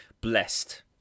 blessed